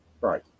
Right